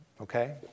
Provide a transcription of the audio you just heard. Okay